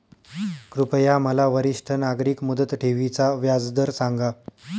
कृपया मला वरिष्ठ नागरिक मुदत ठेवी चा व्याजदर सांगा